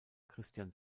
christian